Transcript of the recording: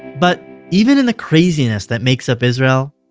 but even in the craziness that makes up israel,